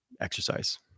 exercise